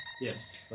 Yes